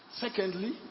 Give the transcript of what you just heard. Secondly